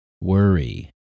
worry